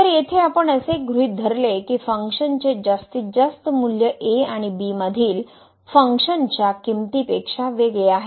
तर येथे आपण असे गृहीत धरले की फंक्शनचे जास्तीत जास्त मूल्य a आणि b मधील फंक्शनच्या किमंतीपेक्षा वेगळे आहे